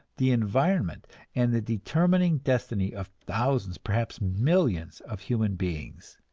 the environment and the determining destiny of thousands, perhaps millions, of human beings.